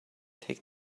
take